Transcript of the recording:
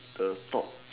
the top